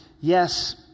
yes